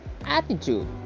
attitude